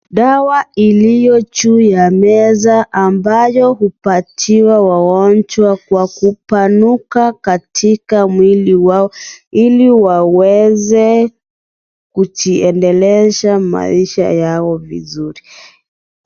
Dawa iliyo juu ya meza, ambayo hupatiwa wagonjwa ,kwa kupanuka katika mwili wao, ili waweze kujiendelesha maisha Yao vizuri.